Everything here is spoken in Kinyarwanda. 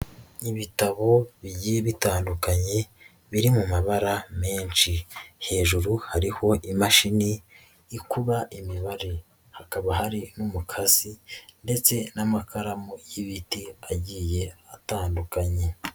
Ibitabo bigiye bitandukanye biri mu mabara menshi, hejuru hariho imashini ikuba imibare, hakaba hari n'umukasi ndetse n'amakaramu y'ibiti agiye atandukanye.